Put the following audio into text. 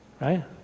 right